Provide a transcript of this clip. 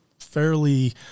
fairly